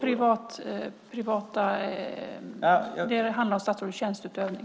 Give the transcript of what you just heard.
Det ska handla om statsrådets tjänsteutövning.